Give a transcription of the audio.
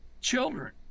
children